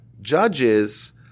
judges